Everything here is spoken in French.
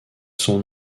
son